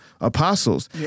apostles